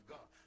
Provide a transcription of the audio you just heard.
God